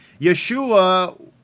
Yeshua